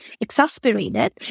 exasperated